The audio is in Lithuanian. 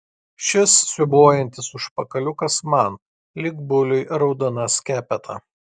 šis siūbuojantis užpakaliukas man lyg buliui raudona skepeta